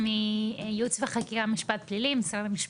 מייעוץ וחקיקה (משפט פלילי).